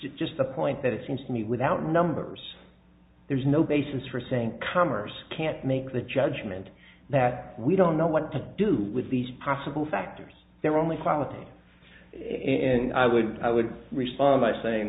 just the point that it seems to me without numbers there's no basis for saying commerce can't make the judgment that we don't know what to do with these possible factors there are only qualities in i would i would respond by saying